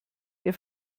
der